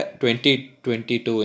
2022